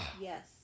Yes